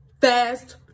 fast